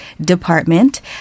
Department